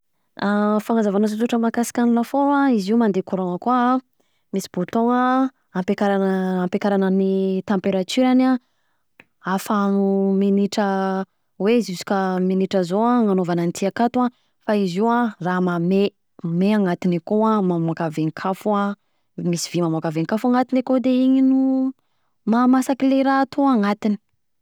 Fanazavana sosotra mahakasika ny lafaoro an, izy io mandeha courant koa an, misy bouton hampiakarana ny temperaturany afahanao minitra hoe: jusqu’à minitra zao agnanaovana an'ity akato an fa izy io ana raha mahamay, may anatiny akao an, mamaoaka vain-kafo misy vy mamoaka vain-kafo anatiny akao de iny no mahamasaka le raha atao anatiny.